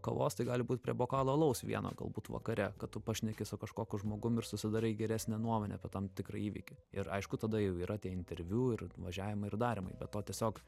kavos tai gali būt prie bokalo alaus vieno galbūt vakare kad tu pašneki su kažkokiu žmogum ir susidarai geresnę nuomonę apie tam tikrą įvykį ir aišku tada jau yra tie interviu ir važiavimai ir darymai be to tiesiog